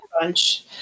bunch